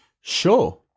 Sure